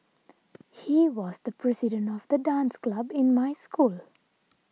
he was the president of the dance club in my school